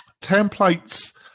Templates